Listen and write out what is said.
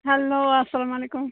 hello اَلسلامُ علیکُم